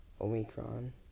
omicron